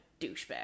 douchebag